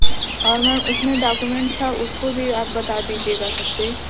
और मैम उसमें डॉक्यूमेंट था उसको भी आप बता दीजियेगा सबसे